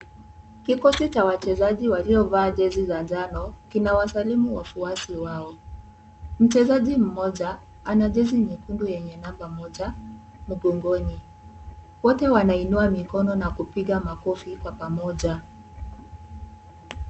Kikosi cha wachezaji waliovaa jezi za njano kinawasalimu wafuasi wao. Mchezaji mmoja ana jezi nyekundu yenye namba moja mgongoni. Wote wanainua mikono na kupiga makofi kwa pamoja.